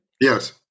Yes